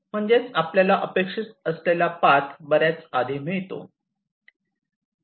म्हणजेच आपल्याला अपेक्षित असलेला पाथ बऱ्याच आधी मिळतो